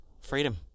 freedom